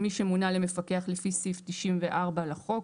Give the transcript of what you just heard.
- מי שמונה למפקח לפי סעיף 94 לחוק.